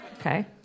Okay